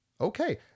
Okay